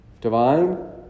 Divine